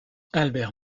albert